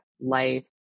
life